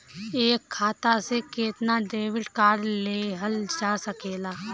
एक खाता से केतना डेबिट कार्ड लेहल जा सकेला?